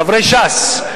חברי ש"ס,